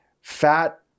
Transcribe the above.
fat